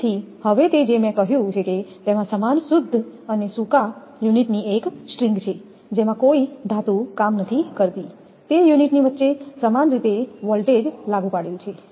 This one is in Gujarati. તેથી હવે તે જે મેં કહ્યું છે કે તેમાં સમાન શુદ્ધ અને સુકા એકમોની એક તાર છે જેમાં કોઈ ધાતુ કામ નથી કરતી તે એકમની વચ્ચે સમાન રીતે લાગુ વોલ્ટેજને વહેંચે છે